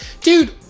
Dude